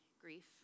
grief